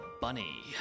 Bunny